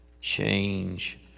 change